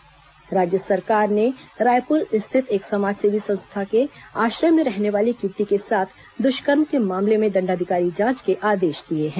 दुष्कर्म मामला संज्ञान राज्य सरकार ने रायपूर स्थित एक समाजसेवी संस्था के आश्रय में रहने वाली एक युवती के साथ दृष्कर्म के मामले में दंडाधिकारी जांच के आदेश दिए हैं